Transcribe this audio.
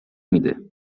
میده